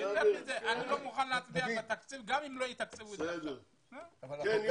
סגן השר